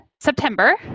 September